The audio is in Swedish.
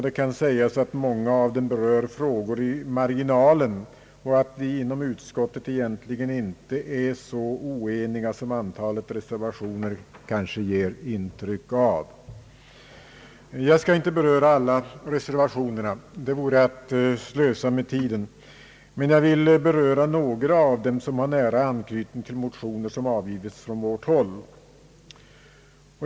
Det kan sägas att flera av dem berör frågor i marginalen och att vi inom utskottet egentligen inte är så oeniga som antalet reservationer kanske ger intryck av. Jag skall inte beröra alla reservationerna — det vore att slösa med tiden — men jag vill beröra några av dem som har nära anknytning till motioner som avgivits från vårt håll.